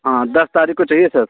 हाँ हाँ दस तारीख को चाहिए सर